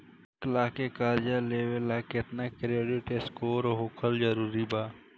एक लाख के कर्जा लेवेला केतना क्रेडिट स्कोर होखल् जरूरी बा?